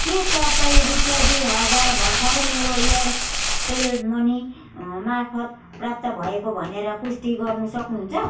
के तपाईँ रुपियाँ दुई हजार भर्खरै मेरो एयरटेल मनी मार्फत् प्राप्त भएको भनेर पुष्टि गर्नसक्नु हुन्छ